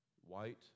white